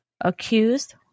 Accused